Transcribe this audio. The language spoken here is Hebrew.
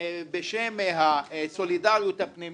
בשם הסולידריות הפנימית,